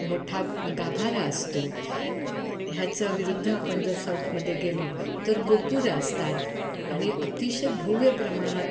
मोठा गाभारा असतो ह्याचा विरुद्ध आपण जर साऊथमध्ये गेलो तर गोपूर असतात आणि अतिशय भव्य प्रमाणात